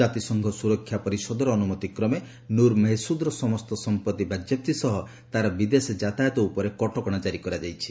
ଜାତିସଂଘ ସୁରକ୍ଷା ପରିଷଦର ଅନୁମତିକ୍ରମେ ନୁର୍ ମେହସୁଦ୍ର ସମସ୍ତ ସମ୍ପତ୍ତି ବାଜ୍ୟାପ୍ତି ସହ ତା'ର ବିଦେଶ ଯାତାୟତ ଉପରେ କଟକଣା ଜାରି କରାଯାଇଛି